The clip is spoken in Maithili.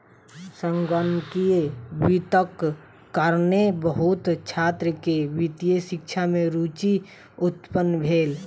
संगणकीय वित्तक कारणेँ बहुत छात्र के वित्तीय शिक्षा में रूचि उत्पन्न भेल